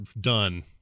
done